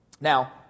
Now